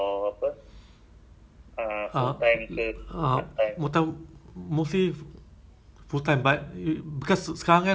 no but tuition only left lagi dua bulan ah until um october kan O level atau N level kan